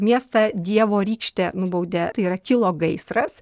miestą dievo rykšte nubaudė tai yra kilo gaisras